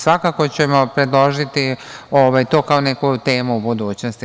Svakako, ćemo predložiti to kao neku temu u budućnosti.